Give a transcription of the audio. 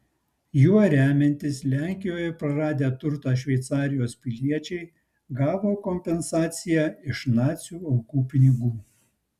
juo remiantis lenkijoje praradę turtą šveicarijos piliečiai gavo kompensaciją iš nacių aukų pinigų